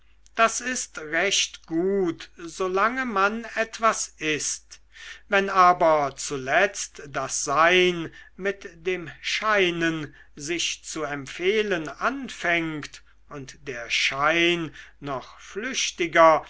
das ist recht gut solange man etwas ist wenn aber zuletzt das sein mit dem scheinen sich zu empfehlen anfängt und der schein noch flüchtiger